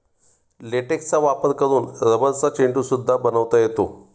लेटेक्सचा वापर करून रबरचा चेंडू सुद्धा बनवता येतो